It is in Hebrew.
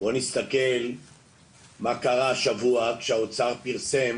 בואו נסתכל מה קרה השבוע כשהאוצר פרסם